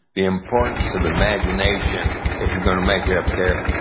the importance of imagination if you're going to make it up there.